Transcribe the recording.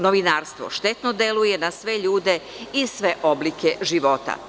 Novinarstvo štetno deluje na sve ljude i sve oblike života.